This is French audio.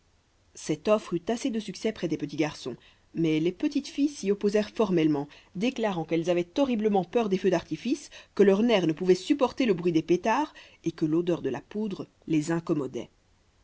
cette offre eut assez de succès près des petits garçons mais les petites filles s'y opposèrent formellement déclarant qu'elles avaient horriblement peur des feux d'artifice que leurs nerfs ne pouvaient supporter le bruit des pétards et que l'odeur de la poudre les incommodait